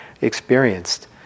experienced